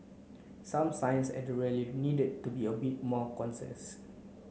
some signs at the rally needed to be a bit more concise